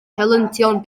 helyntion